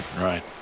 right